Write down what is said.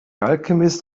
alchemist